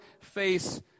face